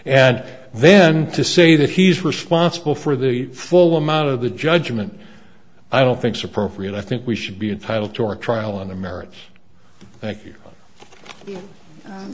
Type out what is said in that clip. and then to say that he's responsible for the full amount of the judgment i don't think's appropriate i think we should be entitled to our trial on the merits